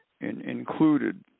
included